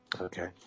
Okay